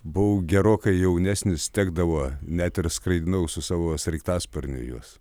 buvau gerokai jaunesnis tekdavo net ir skraidinau su savo sraigtasparniu juos